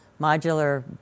modular